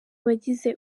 wagize